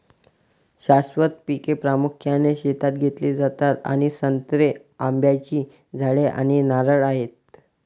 शाश्वत पिके प्रामुख्याने शेतात घेतली जातात आणि संत्री, आंब्याची झाडे आणि नारळ आहेत